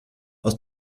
aus